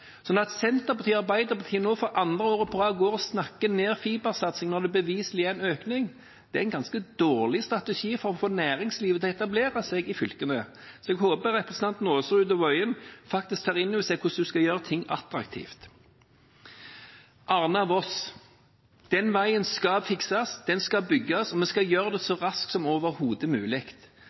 Så at Senterpartiet og Arbeiderpartiet nå, for andre året på rad, snakker ned fibersatsingen når det beviselig er en økning, er en ganske dårlig strategi for å få næringslivet til å etablere seg i fylkene. Jeg håper representantene Aasrud og Tingelstad Wøien tar inn over seg hvordan en skal gjøre ting attraktivt. Arna–Voss: Den veien skal fikses, den skal bygges, og vi skal gjøre det så raskt som overhodet mulig.